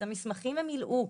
את המסמכים הם מילאו,